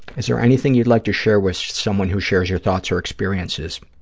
is there anything you'd like to share with someone who shares your thoughts or experiences?